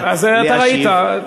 אתה ראית.